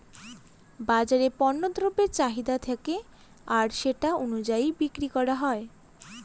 বাজারে পণ্য দ্রব্যের চাহিদা থাকে আর সেটা অনুযায়ী বিক্রি করা হয়